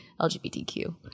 lgbtq